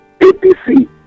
APC